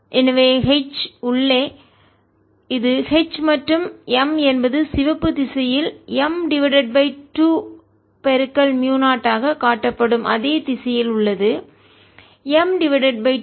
எனவே H உள்ளே இது H மற்றும் M என்பது சிவப்பு திசையில் M டிவைடட் பை 2 மியூ0 ஆக காட்டப்படும் அதே திசையில் உள்ளது M டிவைடட் பை 2